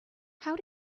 how